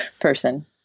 person